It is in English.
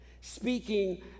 speaking